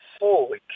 Holy